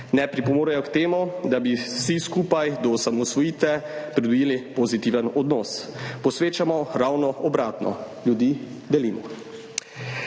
ne pripomorejo k temu, da bi vsi skupaj do osamosvojitve pridobili pozitiven odnos. Dosegamo ravno obratno – ljudi delimo.